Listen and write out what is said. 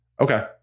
Okay